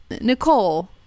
Nicole